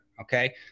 okay